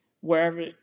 wherever